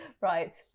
right